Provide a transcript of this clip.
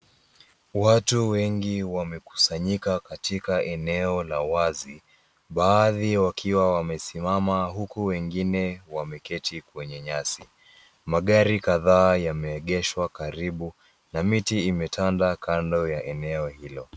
Watu wengi wamekusanyika katika eneo la wazi. Baadhi wakiwa wamesimama huku wengine wameketi kwenye nyasi. Magari kadhaa yameegeshwa karibu na miti imetanda kando ya eneo hilo.